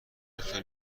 دکتر